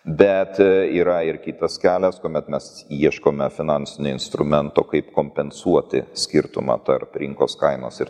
bet yra ir kitas kelias kuomet mes ieškome finansinio instrumento kaip kompensuoti skirtumą tarp rinkos kainos ir